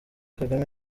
kagame